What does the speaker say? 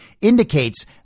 indicates